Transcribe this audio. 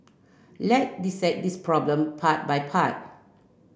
let dissect this problem part by part